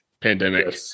pandemic